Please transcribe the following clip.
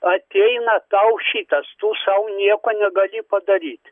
ateina tau šitas tu sau nieko negali padaryti